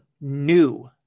new